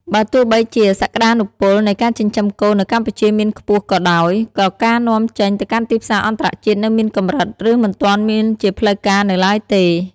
បើទោះបីជាសក្តានុពលនៃការចិញ្ចឹមគោនៅកម្ពុជាមានខ្ពស់ក៏ដោយ ក៏ការនាំចេញទៅកាន់ទីផ្សារអន្តរជាតិនៅមានកម្រិត ឬមិនទាន់មានជាផ្លូវការនៅឡើយទេ។